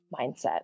mindset